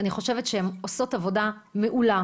שהן עושות עבודה מעולה,